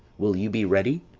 will you be ready?